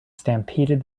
stampeded